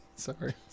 Sorry